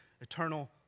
eternal